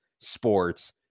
sports